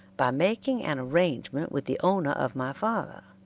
by making an arrangement with the owner of my father,